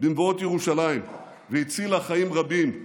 במבואות ירושלים, והצילה חיים רבים.